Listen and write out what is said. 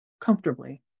comfortably